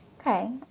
Okay